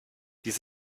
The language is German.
dies